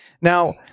Now